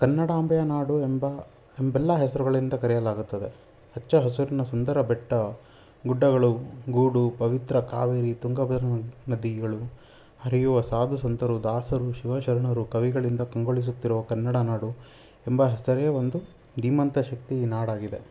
ಕನ್ನಡಾಂಬೆಯ ನಾಡು ಎಂಬ ಎಂಬೆಲ್ಲ ಹೆಸರುಗಳಿಂದ ಕರೆಯಲಾಗುತ್ತದೆ ಹಚ್ಚ ಹಸಿರಿನ ಸುಂದರ ಬೆಟ್ಟ ಗುಡ್ಡಗಳು ಗೂಡು ಪವಿತ್ರ ಕಾವೇರಿ ತುಂಗಭದ್ರ ನದಿಗಳು ಹರಿಯುವ ಸಾಧುಸಂತರು ದಾಸರು ಶಿವಶರಣರು ಕವಿಗಳಿಂದ ಕಂಗೊಳಿಸುತ್ತಿರುವ ಕನ್ನಡ ನಾಡು ಎಂಬ ಹೆಸರೇ ಒಂದು ಧೀಮಂತ ಶಕ್ತಿ ಈ ನಾಡಾಗಿದೆ